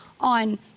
on